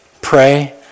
pray